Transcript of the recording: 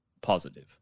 positive